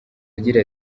agira